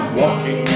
walking